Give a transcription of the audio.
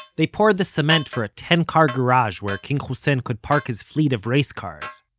they poured the cement for a ten-car garage where king hussein could park his fleet of race cars.